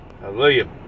hallelujah